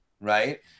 right